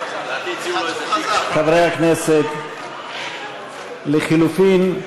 חברי הכנסת, לחלופין: